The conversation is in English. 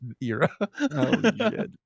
era